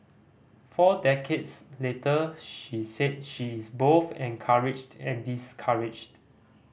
four decades later she said she is both encouraged and discouraged